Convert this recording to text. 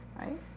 right